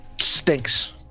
stinks